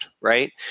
right